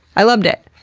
i loved it!